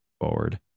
forward